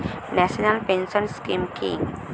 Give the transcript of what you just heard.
National pension scheme কি?